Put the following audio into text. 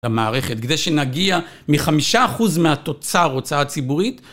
למערכת כדי שנגיע מחמישה אחוז מהתוצר הוצאה ציבורית